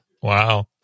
Wow